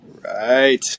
right